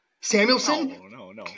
Samuelson